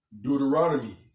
Deuteronomy